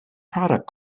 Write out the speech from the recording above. product